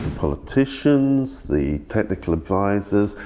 politicians, the technical advisors.